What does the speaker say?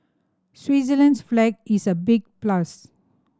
Switzerland's flag is a big plus